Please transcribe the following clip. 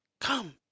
Come